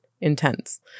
intense